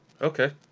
Okay